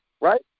right